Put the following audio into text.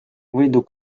võidu